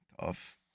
Tough